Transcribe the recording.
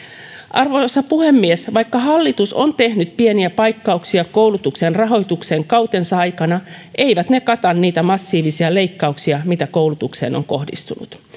arvoisa puhemies vaikka hallitus on tehnyt pieniä paikkauksia koulutuksen rahoitukseen kautensa aikana eivät ne kata niitä massiivisia leikkauksia mitä koulutukseen on kohdistunut